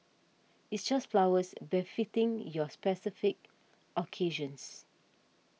it's just flowers befitting your specific occasions